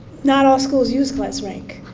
not all schools use class rank.